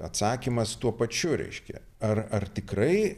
atsakymas tuo pačiu reiškia ar ar tikrai